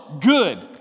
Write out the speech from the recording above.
good